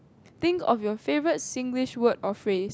think of your favorite Singlish word or phrase